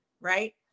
right